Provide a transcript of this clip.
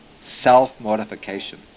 self-mortification